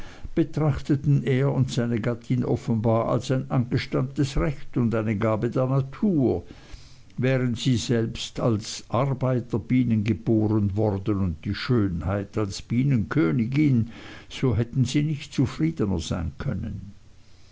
betrachteten er und seine gattin offenbar als ein angestammtes recht und eine gabe der natur wären sie selbst als arbeiterbienen geboren worden und die schönheit als bienenkönigin so hätten sie nicht zufriedener sein können